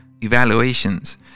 evaluations